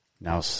Now